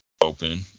open